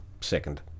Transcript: second